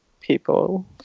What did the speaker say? people